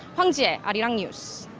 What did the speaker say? hwang ji-hye, arirang news.